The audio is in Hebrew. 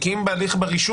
עקרונית חל גם שם.